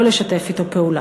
לא לשתף אתו פעולה.